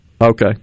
Okay